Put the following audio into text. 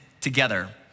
together